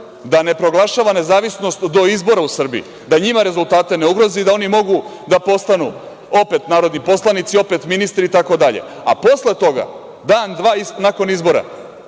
da ne proglašava nezavisnost do izbora u Srbiji, da njima rezultate ne ugrozi i da oni mogu da postanu opet narodni poslanici, opet ministri, itd. Posle toga, dan, dva posle izbora